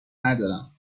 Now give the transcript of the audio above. ندارم